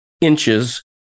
inches